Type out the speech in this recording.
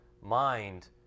Mind